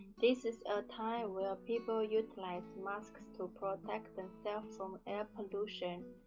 this is a time where people utilize masks to protect themselves from air pollution.